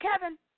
Kevin